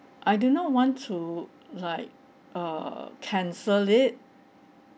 I do not want to like err cancel it